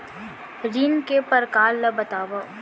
ऋण के परकार ल बतावव?